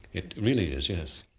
it really is, yes.